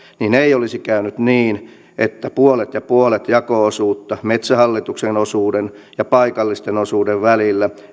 ei olisi käynyt niin että puolet ja puolet jako osuus metsähallituksen osuuden ja paikallisten osuuden välillä